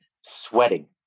sweating